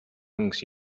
wings